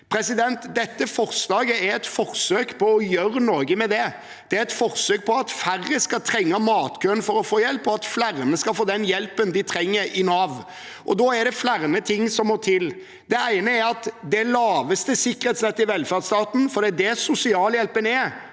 hjelpe. Dette forslaget er et forsøk på å gjøre noe med det. Det er et forsøk på bidra til at færre skal trenge matkøen for å få hjelp, og at flere skal få den hjelpen de trenger i Nav. Da er det flere ting som må til. Det ene er at det laveste sikkerhetsnettet i velferdsstaten må løftes. For det er det sosialhjelpen er